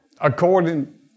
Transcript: According